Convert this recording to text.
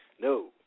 No